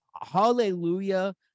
hallelujah